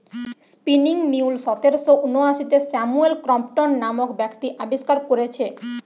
spinning mule সতেরশ ঊনআশিতে Samuel Crompton নামক ব্যক্তি আবিষ্কার কোরেছে